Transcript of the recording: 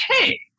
okay